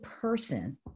person